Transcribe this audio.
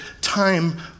time